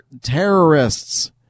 terrorists